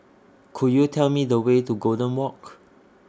Could YOU Tell Me The Way to Golden Walk